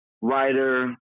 writer